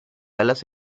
alas